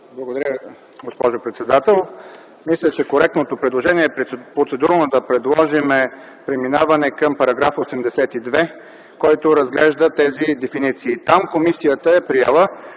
Благодаря, госпожо председател. Мисля, че коректното предложение е процедурно да предложим преминаване към § 82, който разглежда тези дефиниции. Там комисията е приела